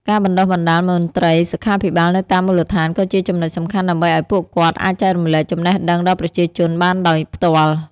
ការបណ្តុះបណ្តាលមន្រ្តីសុខាភិបាលនៅតាមមូលដ្ឋានក៏ជាចំណុចសំខាន់ដើម្បីឲ្យពួកគាត់អាចចែករំលែកចំណេះដឹងដល់ប្រជាជនបានដោយផ្ទាល់។